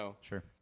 Sure